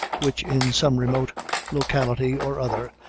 which in some remote locality or other,